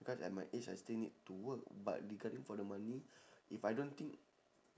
because at my age I still need to work but regarding for the money if I don't think